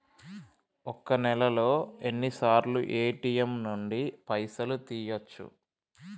ఒక్క నెలలో ఎన్నిసార్లు ఏ.టి.ఎమ్ నుండి పైసలు తీయచ్చు?